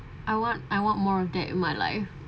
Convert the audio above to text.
I want I want more of that in my life